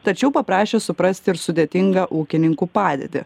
tačiau paprašė suprasti ir sudėtingą ūkininkų padėtį